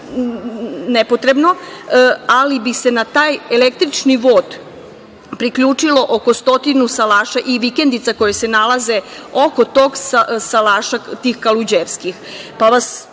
ali bi se na taj električni vod priključilo oko stotinu salaša i vikendica koje nalaze oko tog salaša Kaluđerski.